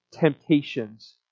temptations